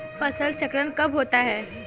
फसल चक्रण कब होता है?